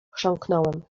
chrząknąłem